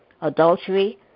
adultery